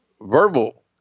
verbal